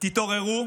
תתעוררו.